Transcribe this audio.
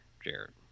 Jared